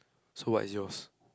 so what is yours